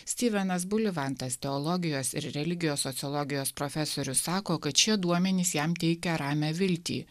stivenas bulivantas teologijos ir religijos sociologijos profesorius sako kad šie duomenys jam teikia ramią viltį